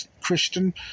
Christian